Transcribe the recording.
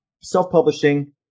Self-publishing